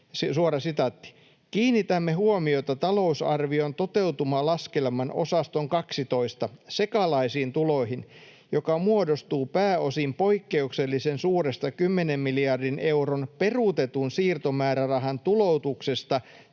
Suora sitaatti: ”Kiinnitämme huomiota talousarvion toteutumalaskelman osaston 12 sekalaisiin tuloihin, joka muodostuu pääosin poikkeuksellisen suuresta 10 miljardin euron peruutetun siirtomäärärahan tuloutuksesta